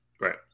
Right